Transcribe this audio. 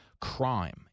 Crime